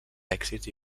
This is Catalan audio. èxits